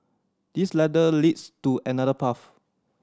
this ladder leads to another path